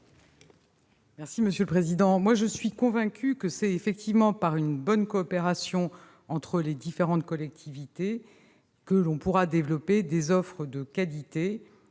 est à Mme la ministre. Je suis convaincue que c'est effectivement par une bonne coopération entre les différentes collectivités que l'on pourra développer des offres de qualité